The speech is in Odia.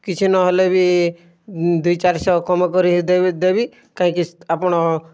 କିଛି ନ ହେଲେ ବି ଦୁଇ ଚାରି ଶହ କମ୍ କରି ଦେବି ଦେବି କାହିଁକି ଆପଣ